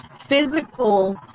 physical